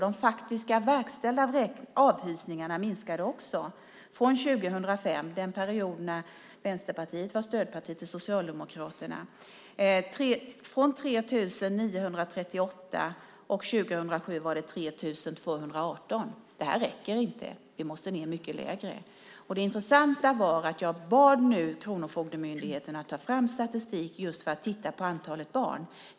De faktiska verkställda avhysningarna minskade också från 3 938 år 2005, den period när Vänsterpartiet var stödparti till Socialdemokraterna, till 3 218 år 2007. Det räcker inte. Vi måste ned mycket lägre. Det intressanta är att jag bad Kronofogdemyndigheten att ta fram statistik när det gäller antalet barn.